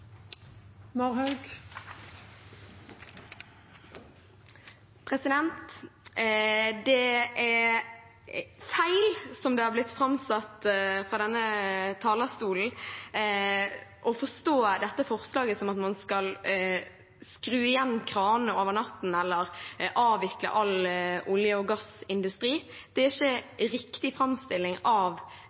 denne talerstolen, å forstå dette forslaget som at man skal skru igjen kranene over natten eller avvikle all olje- og gassindustri. Det er ikke en riktig framstilling av